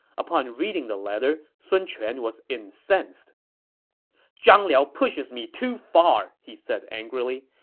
upon reading the letter, sun quan was incensed zhang liao pushes me too far! he said angrily.